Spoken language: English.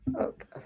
Okay